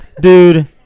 Dude